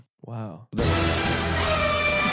Wow